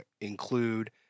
include